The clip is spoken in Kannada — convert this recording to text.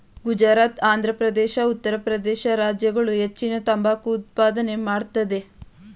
ಗುಜರಾತ್, ಆಂಧ್ರಪ್ರದೇಶ, ಉತ್ತರ ಪ್ರದೇಶ ರಾಜ್ಯಗಳು ಹೆಚ್ಚಿನ ತಂಬಾಕು ಉತ್ಪಾದನೆ ಮಾಡತ್ತದೆ